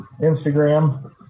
Instagram